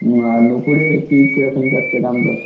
আর নূপুরের কী কীরকম যাচ্ছে দাম দর